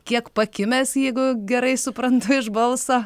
kiek pakimęs jeigu gerai suprantu iš balso